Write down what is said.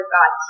God